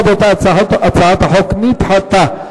הצעת החוק נדחתה.